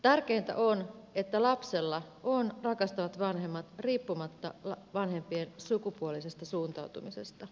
tärkeintä on että lapsella on rakastavat vanhemmat riippumatta vanhempien sukupuolisesta suuntautumisesta